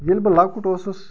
ییٚلہِ بہٕ لۅکُٹ اوسُس